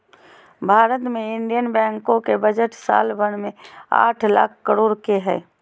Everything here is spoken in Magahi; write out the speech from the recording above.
भारत मे इन्डियन बैंको के बजट साल भर मे आठ लाख करोड के हय